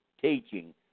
teaching